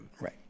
Right